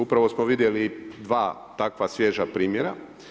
Upravo smo vidjeli dva takva svježa primjera.